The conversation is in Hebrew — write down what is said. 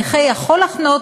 נכה יכול לחנות,